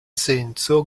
senso